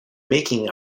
making